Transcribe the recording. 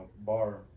bar